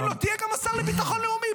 -- ואומרים לו: תהיה גם השר לביטחון לאומי,